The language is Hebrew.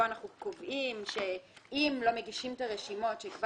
פה אנחנו קובעים שאם לא מגישים את הרשימות שצריך להגיש,